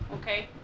okay